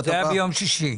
זה היה ביום שישי.